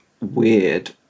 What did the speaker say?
weird